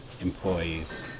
employees